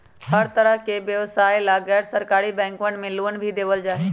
हर तरह के व्यवसाय ला गैर सरकारी बैंकवन मे लोन भी देवल जाहई